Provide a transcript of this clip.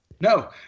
No